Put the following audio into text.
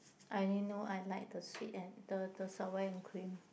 I know I like the sweet and the the sour and cream